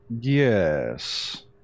Yes